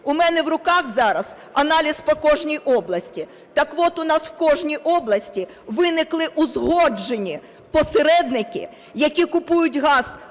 У мене в руках зараз аналіз по кожній області. Так от, у нас в кожній області виникли узгоджені посередники, які купують газ